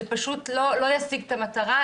זה פשוט לא ישיג את המטרה,